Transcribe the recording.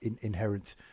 inherent